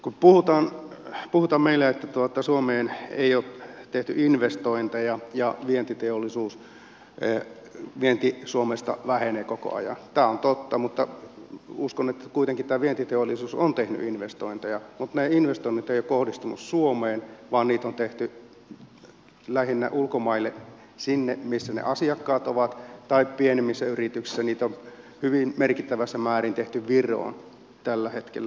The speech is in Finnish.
kun meillä puhutaan että suomeen ei ole tehty investointeja ja vienti suomesta vähenee koko ajan tämä on totta mutta uskon että kuitenkin tämä vientiteollisuus on tehnyt investointeja mutta ne investoinnit eivät ole kohdistuneet suomeen vaan niitä on tehty lähinnä ulkomaille sinne missä ne asiakkaat ovat tai pienemmissä yrityksissä niitä on hyvin merkittävässä määrin tehty viroon tällä hetkellä